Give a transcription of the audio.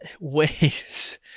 ways